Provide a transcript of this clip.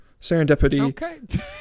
serendipity